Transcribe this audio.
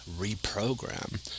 reprogram